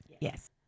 Yes